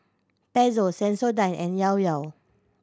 Pezzo Sensodyne and Llao Llao